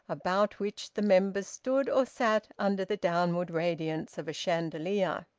about which the members stood or sat under the downward radiance of a chandelier.